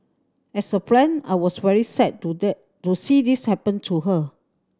as a friend I was very sad to to see this happen to her